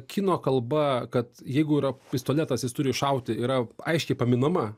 kino kalba kad jeigu yra pistoletas jis turi iššauti yra aiškiai paminama